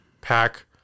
pack